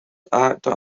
actor